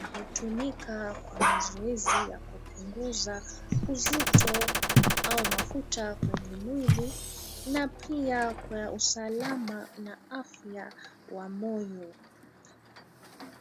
na hutumika kwa mazoezi ya kupunguza uzito au mafuta kwenye mwili na pia kwa usalama na afya wa moyo.